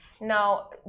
Now